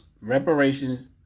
Reparations